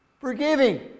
forgiving